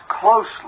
closely